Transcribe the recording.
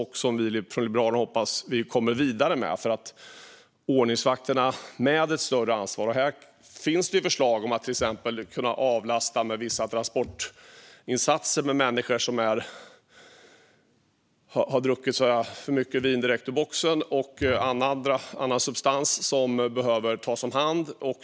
Från Liberalernas sida hoppas vi att man kommer vidare med ett större ansvar för ordningsvakter. Här finns det förslag om att till exempel kunna avlasta med vissa transportinsatser gällande människor som har druckit för mycket vin direkt ur boxen eller brukat andra substanser och som behöver tas om hand.